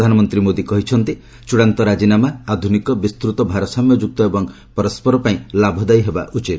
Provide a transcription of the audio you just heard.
ପ୍ରଧାନମନ୍ତ୍ରୀ ମୋଦି କହିଛନ୍ତି ଚୂଡାନ୍ତ ରାଜିନାମା ଆଧୁନିକ ବିସ୍ତୃତ ଭାରସାମ୍ୟଯୁକ୍ତ ଏବଂ ପରସ୍କର ପାଇଁ ଲାଭଦାୟୀ ହେବା ଉଚିତ